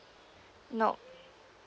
nope